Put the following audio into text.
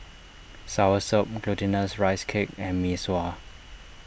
Soursop Glutinous Rice Cake and Mee Sua